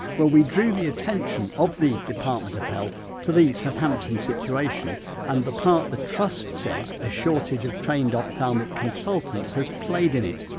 well we drew the attention of the department of health to the southampton situation and the part, the trust says, a shortage of trained ophthalmic consultants, has played in it.